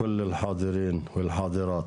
כל החברים והחברות.